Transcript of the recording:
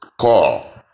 call